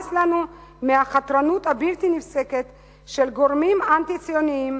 נמאס לנו מהחתרנות הבלתי-נפסקת של גורמים אנטי-ציוניים